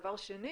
דבר שני